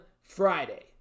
Friday